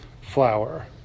flour